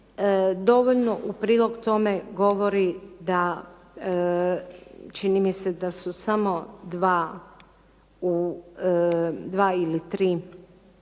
Dovoljno u prilog tome govori da, čini mi se da su samo dva ili tri u cijeloj